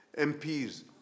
MPs